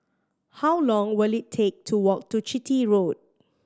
how long will it take to walk to Chitty Road